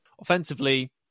Offensively